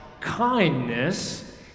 kindness